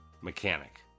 mechanic